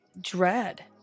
dread